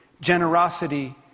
generosity